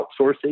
outsourcing